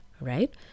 right